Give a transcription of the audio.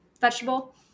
vegetable